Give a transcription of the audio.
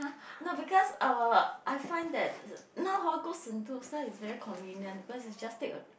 no because uh I find that now hor go sentosa is very convenient cause is just take a